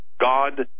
God